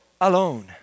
alone